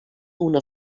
una